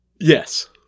Yes